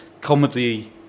comedy